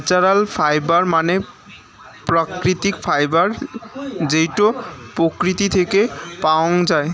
natural fibre মানে প্রাকৃতিক fibre যেইটো প্রকৃতি থেকে পাওয়াঙ যাই